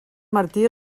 martí